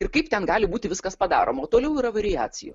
ir kaip ten gali būti viskas padaroma o toliau yra variacijų